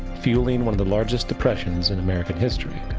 fueling one of the largest depressions in american history.